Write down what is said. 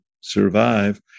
survive